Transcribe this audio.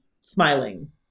smiling